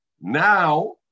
Now